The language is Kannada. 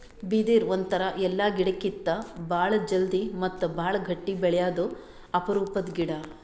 ಬಿದಿರ್ ಒಂಥರಾ ಎಲ್ಲಾ ಗಿಡಕ್ಕಿತ್ತಾ ಭಾಳ್ ಜಲ್ದಿ ಮತ್ತ್ ಭಾಳ್ ಗಟ್ಟಿ ಬೆಳ್ಯಾದು ಅಪರೂಪದ್ ಗಿಡಾ